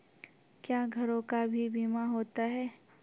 क्या घरों का भी बीमा होता हैं?